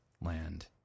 land